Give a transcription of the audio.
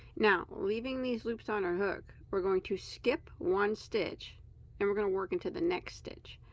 now leaving these loops on our hook we're going to skip one stitch and we're going to work into the next stitch.